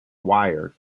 wire